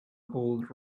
old